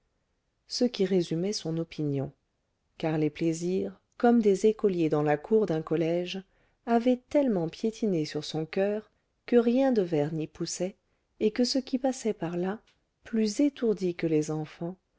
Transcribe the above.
ce qui résumait son opinion car les plaisirs comme des écoliers dans la cour d'un collège avaient tellement piétiné sur son coeur que rien de vert n'y poussait et ce qui passait par là plus étourdi que les enfants